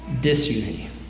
disunity